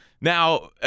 Now